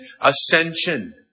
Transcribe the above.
ascension